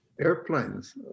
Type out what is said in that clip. airplanes